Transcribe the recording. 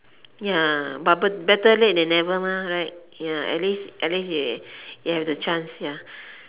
ya but uh better late than never mah right ya at least at least y~ you have the chance ya